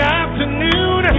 afternoon